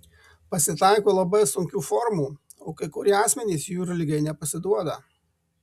pasitaiko labai sunkių formų o kai kurie asmenys jūrligei nepasiduoda